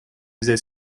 взять